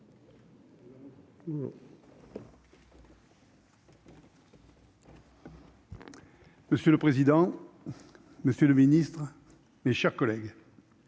Monsieur le président, monsieur le ministre, mes chers collègues,